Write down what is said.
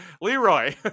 Leroy